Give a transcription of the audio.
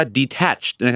detached